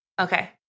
Okay